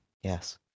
yes